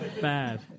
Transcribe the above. Bad